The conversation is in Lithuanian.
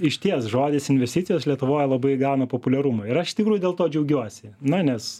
išties žodis investicijos lietuvoj labai įgauna populiarumą ir aš iš tikrųjų dėl to džiaugiuosi na nes